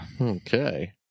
Okay